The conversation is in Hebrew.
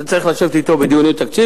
אתה צריך לשבת אתו בדיוני תקציב,